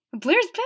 Blair's